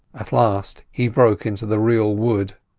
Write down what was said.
at last he broke into the real wood,